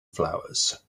flowers